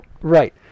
Right